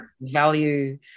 value